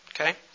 Okay